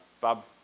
Bob